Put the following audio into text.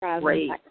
Great